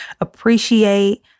appreciate